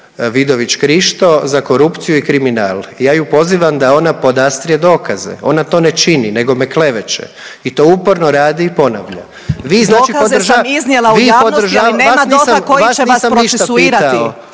Vidović Krišto za korupciju i kriminal. Ja ju pozivam da ona podastrije dokaze. Ona to ne čini, nego me kleveće i to uporno radi i ponavlja. Vi znači podržavate, vi podržavate? … /Upadica